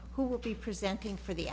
who will be presenting for the